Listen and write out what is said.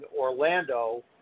Orlando